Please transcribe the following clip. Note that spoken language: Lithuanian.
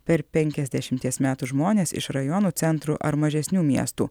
per penkiasdešimties metų žmonės iš rajonų centrų ar mažesnių miestų